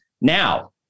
Now